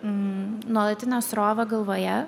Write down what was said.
nuolatinę srovę galvoje